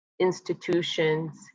institutions